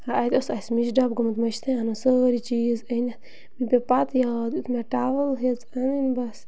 اَتہِ اوس اَسہِ مِچہِ ڈَبہٕ گوٚمُت مٔشتھٕے اَنُن سٲری چیٖز أنِتھ مےٚ پٮ۪وو پَتہٕ یاد یِتھُے مےٚ ٹاوَل ہٮ۪ژ اَنٕنۍ بَس